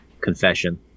confession